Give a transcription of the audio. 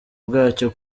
bwacyo